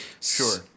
Sure